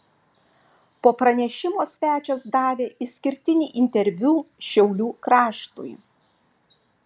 po pranešimo svečias davė išskirtinį interviu šiaulių kraštui